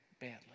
badly